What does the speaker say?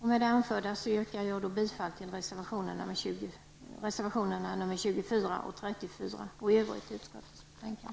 Med detta vill jag yrka bifall till reservationerna 24 och 34. I övrigt yrkar jag bifall till utskottets hemställan.